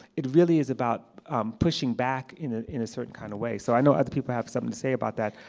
it really is about pushing back in ah in a certain kind of way. so i know other people have something to say about that.